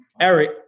Eric